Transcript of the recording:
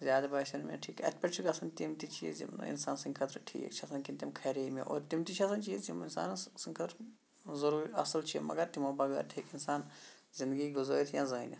زیادٕ باسیٚو نہٕ مےٚ یہِ ٹھیٖک کینٛہہ اَتھ پٮ۪ٹھ چھِ گَژھان تِم تہِ چیٖز یِم نہٕ اِنسان سٕنٛدۍ خٲطرِ ٹِھیٖک چھِ آسان کِہیٖنۍ تِم کھرے مےٚ اور تِم تہِ چھِ آسان چیٖز یِم اِنسانَس سٕنٛدۍ خٲطرٕ ضروٗری اَصٕل چھِ مَگَر تِمو بَگٲر تہِ ہیٚکہِ اِنسان زِندگی گُزٲرِتھ یا زٲنِتھ